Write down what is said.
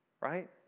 Right